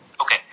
okay